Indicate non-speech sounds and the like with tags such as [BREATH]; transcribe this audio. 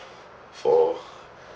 for [BREATH]